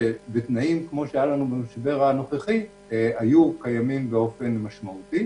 שבו בתנאים כמו שהיו לנו במשבר הנוכחי היו קיימים באופן משמעותי,